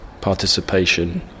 participation